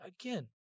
Again